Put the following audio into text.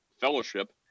fellowship